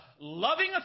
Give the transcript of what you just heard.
loving